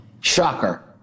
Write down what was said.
Shocker